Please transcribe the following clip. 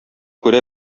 күрә